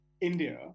India